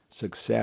success